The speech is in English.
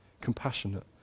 compassionate